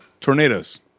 tornadoes